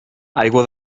aigua